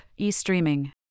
eStreaming